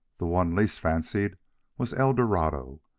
the one least fancied was eldorado,